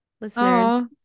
listeners